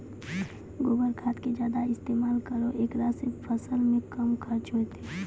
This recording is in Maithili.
गोबर खाद के ज्यादा इस्तेमाल करौ ऐकरा से फसल मे कम खर्च होईतै?